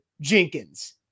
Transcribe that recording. Jenkins